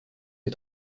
des